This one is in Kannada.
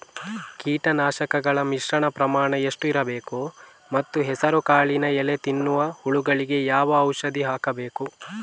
ಕೀಟನಾಶಕಗಳ ಮಿಶ್ರಣ ಪ್ರಮಾಣ ಎಷ್ಟು ಇರಬೇಕು ಮತ್ತು ಹೆಸರುಕಾಳಿನ ಎಲೆ ತಿನ್ನುವ ಹುಳಗಳಿಗೆ ಯಾವ ಔಷಧಿ ಹಾಕಬೇಕು?